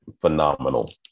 phenomenal